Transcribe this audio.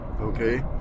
Okay